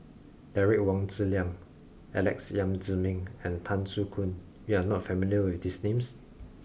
Derek Wong Zi Liang Alex Yam Ziming and Tan Soo Khoon you are not familiar with these names